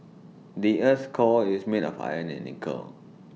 the Earth's core is made of iron and nickel